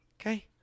okay